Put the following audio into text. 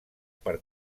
per